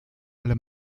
alle